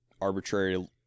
arbitrary